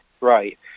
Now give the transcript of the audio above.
right